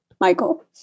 Michael